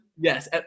Yes